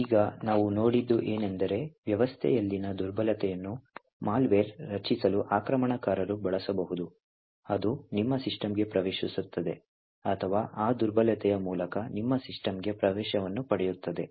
ಈಗ ನಾವು ನೋಡಿದ್ದು ಏನೆಂದರೆ ವ್ಯವಸ್ಥೆಯಲ್ಲಿನ ದುರ್ಬಲತೆಯನ್ನು ಮಾಲ್ವೇರ್ ರಚಿಸಲು ಆಕ್ರಮಣಕಾರರು ಬಳಸಿಕೊಳ್ಳಬಹುದು ಅದು ನಿಮ್ಮ ಸಿಸ್ಟಮ್ಗೆ ಪ್ರವೇಶಿಸುತ್ತದೆ ಅಥವಾ ಆ ದುರ್ಬಲತೆಯ ಮೂಲಕ ನಿಮ್ಮ ಸಿಸ್ಟಮ್ಗೆ ಪ್ರವೇಶವನ್ನು ಪಡೆಯುತ್ತದೆ